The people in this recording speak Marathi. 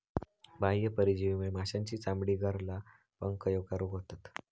बाह्य परजीवीमुळे माशांची चामडी, गरला, पंख ह्येका रोग होतत